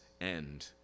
end